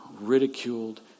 ridiculed